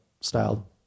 style